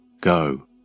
go